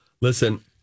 Listen